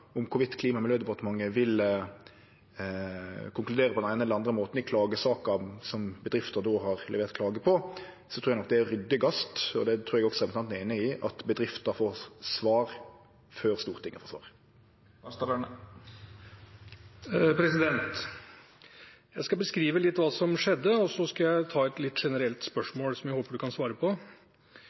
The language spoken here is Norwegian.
om Klima- og miljødepartementet vil konkludere på den eine eller den andre måten i saka som bedrifta har levert klage på, trur eg nok det er ryddigast – og trur eg også at representanten er einig i – at bedrifta får svar før Stortinget får svar. Jeg skal beskrive litt hva som skjedde, og så skal jeg ta et litt generelt spørsmål, som jeg håper statsråden kan svare på.